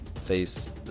face